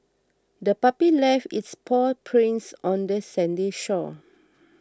the puppy left its paw prints on the sandy shore